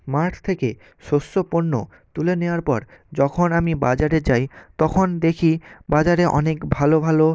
মাঠ থেকে শস্য পণ্য তুলে নেয়ার পর যখন আমি বাজারে যাই তখন দেখি বাজারে অনেক ভালো ভালো